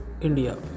India